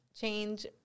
change